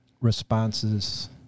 responses